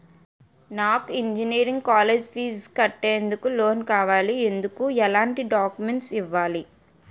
నాకు engineering college fees కట్టేందుకు loan కావాలి, ఎందుకు ఎలాంటి డాక్యుమెంట్స్ ఇవ్వాలి?